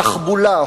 תחבולה,